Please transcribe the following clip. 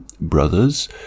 brothers